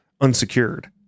unsecured